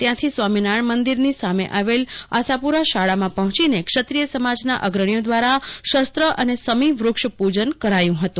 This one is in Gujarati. ત્યાંથી સ્વામિનારાયણ મંદીરની સામે આવેલી આશાપુરા સ્કુલમાં પહ્નેંચીને ક્ષત્રિય સમાજના અગ્રણીઓ દ્વારા શસ્ત્ર સમી વૃક્ષપુજન કરાયું હતું